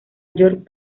york